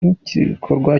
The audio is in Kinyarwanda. nk’igikorwa